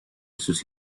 sus